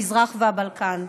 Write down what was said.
המזרח והבלקן.